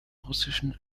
russischen